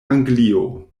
anglio